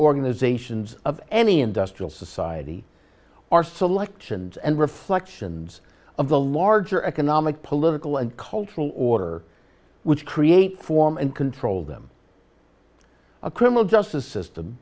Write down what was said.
organizations of any industrial society are selections and reflections of the larger economic political and cultural order which create form and control them a criminal justice system